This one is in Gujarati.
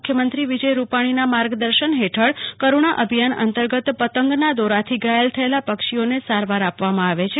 મુખ્યમંત્રી વિજય રૂપાણીના માર્ગદર્શન હેઠળ કરુણા અભિયાન અંતરગત પતંગના દોરથી ધાયલ થયેલા પક્ષીઓને સારવાર આપવામાં આવે છે